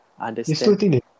understand